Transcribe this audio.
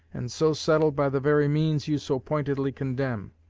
and so settled by the very means you so pointedly condemn.